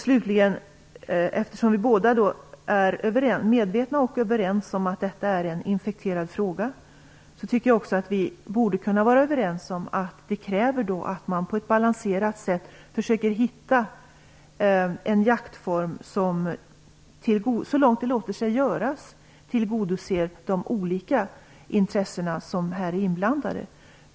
Slutligen: Eftersom vi båda är medvetna och överens om att detta är en infekterad fråga, tycker jag också att vi borde kunna vara överens om att det krävs att man på ett balanserat sätt försöker att hitta en jaktform som så långt det låter sig göras tillgodoser de olika intressen som här är inblandade.